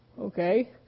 okay